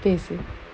basic